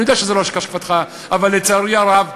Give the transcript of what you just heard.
אני יודע שזו לא השקפתך, אבל, לצערי הרב,